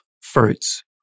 fruits